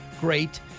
great